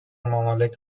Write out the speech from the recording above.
ممالک